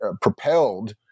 propelled